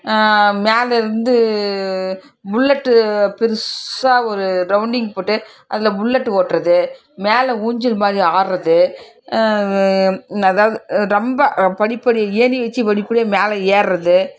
மேலே இருந்து புல்லட்டு பெருசாக ஒரு ரவுண்டிங் போட்டு அதில் புல்லட் ஓட்டுறது மேலே ஊஞ்சல் மாதிரி ஆடுறது ந அதாவது ரொம்ப படி படி ஏணி வெச்சு படி படியாக மேலே ஏறுறது